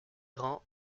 rend